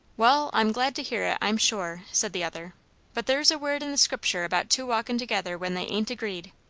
wall, i'm glad to hear it, i'm sure, said the other but there's a word in the scriptur' about two walking together when they ain't agreed.